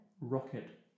rocket